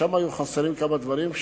שם היו חסרים כמה דברים,